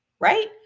Right